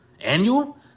annual